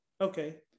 Okay